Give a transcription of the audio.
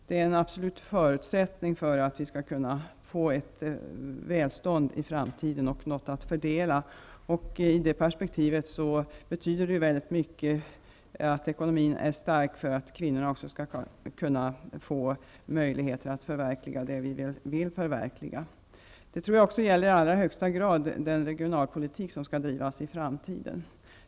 Det är en absolut förutsättning för att ha ett välstånd i framtiden och att ha något att fördela. I det perspektivet är det av stor betydelse att ekonomin är stark så att kvinnorna får möjlighet att förverkliga sina önskningar. Det här gäller också i högsta grad den regionalpolitik som skall drivas i framtiden.